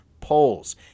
polls